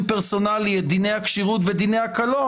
פרסונלי את דיני הכשירות ודיני הקלון,